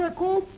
ah go,